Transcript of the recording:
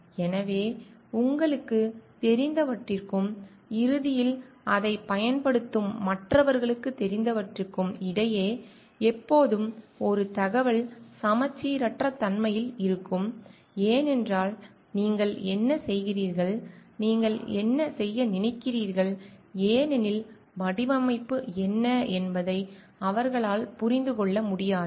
எனவே உங்களுக்குத் தெரிந்தவற்றிற்கும் இறுதியில் அதைப் பயன்படுத்தும் மற்றவர்களுக்குத் தெரிந்தவற்றுக்கும் இடையே எப்போதும் ஒரு தகவல் சமச்சீரற்ற தன்மை இருக்கும் ஏனென்றால் நீங்கள் என்ன செய்கிறீர்கள் நீங்கள் என்ன நினைக்கிறீர்கள் ஏனெனில் 'வடிவமைப்பு' என்ன என்பதை அவர்களால் புரிந்து கொள்ள முடியாது